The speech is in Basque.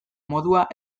modua